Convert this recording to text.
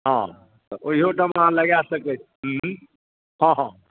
हँ तऽ ओहियो ठाममे अहाँ लगाए सकैत छी हँ हँ